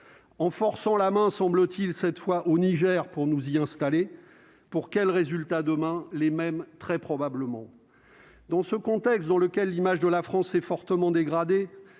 en forçant la main, semble-t-il, cette fois au Niger pour nous y installer, pour quel résultat demain les mêmes très probablement dans ce contexte dans lequel l'image de la France s'est fortement dégradée,